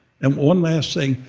and one last thing,